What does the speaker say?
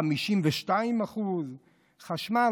52%; חשמל,